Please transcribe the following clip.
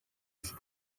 ati